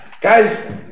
Guys